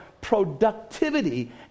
productivity